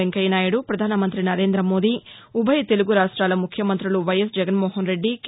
వెంకయ్యనాయుడు ప్రధానమంతి నరేందమోదీ ఉభయ తెలుగు రాష్ట్రెల ముఖ్యమంతులు వైఎస్ జగన్మోహన్ రెడ్డి కే